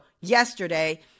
yesterday